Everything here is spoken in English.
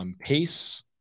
pace